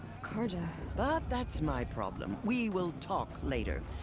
carja? but, that's my problem. we will talk later.